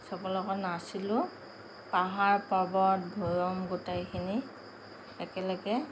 চবৰে লগত নাছিলোঁ পাহাৰ পৰ্বত ভৈয়াম গোটেইখিনি একেলগে